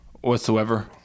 whatsoever